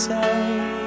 Say